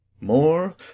More